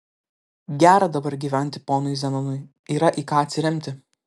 gera dabar gyventi ponui zenonui yra į ką atsiremti